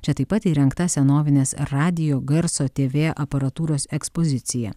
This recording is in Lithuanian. čia taip pat įrengta senovinės radijo garso tv aparatūros ekspozicija